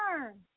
learn